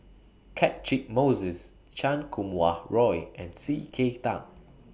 Catchick Moses Chan Kum Wah Roy and C K Tang